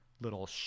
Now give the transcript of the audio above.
little